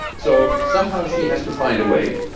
so somehow she has to find a way.